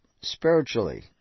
spiritually